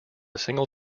single